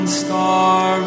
star